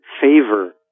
favor